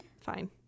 Fine